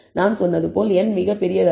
நான் சொன்னது போல் n மிகப் பெரியதல்ல